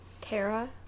Tara